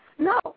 No